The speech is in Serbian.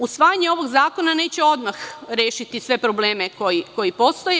Usvajanje ovog zakona neće odmah rešiti sve probleme koji postoje.